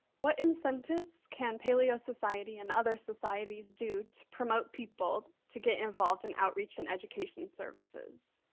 what incentives can paleo society and other societies do to promote people to get involved in outreach and education services,